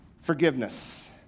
forgiveness